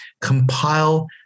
compile